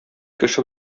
кеше